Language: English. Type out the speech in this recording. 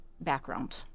background